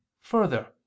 Further